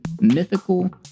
mythical